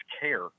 care